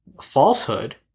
falsehood